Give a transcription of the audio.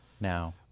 now